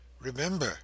Remember